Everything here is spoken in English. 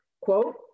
quote